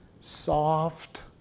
soft